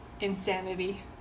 insanity